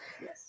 Yes